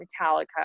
Metallica